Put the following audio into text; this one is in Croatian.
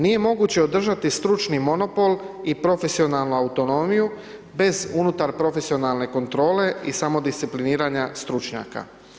Nije moguće održati stručni monopol i profesionalnu autonomiju, bez unutar profesionalne kontrole i samo discipliniranja stručnjaka.